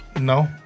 no